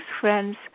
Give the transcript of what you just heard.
friends